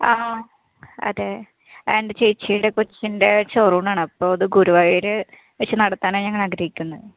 ആ അതെ എൻ്റെ ചേച്ചീടെ കൊച്ചിൻ്റെ ചോറൂണാണ് അപ്പോൾ അത് ഗുരുവായൂർ വെച്ച് നടത്താനാണ് ഞങ്ങളാഗ്രഹിക്കുന്നത്